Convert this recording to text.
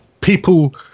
People